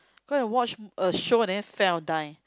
go and watch a show and then fell die